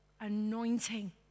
anointing